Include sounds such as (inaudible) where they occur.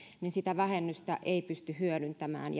niin sitä vähennystä ei pysty hyödyntämään (unintelligible)